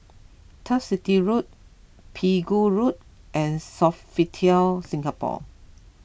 Turf City Road Pegu Road and Sofitel Singapore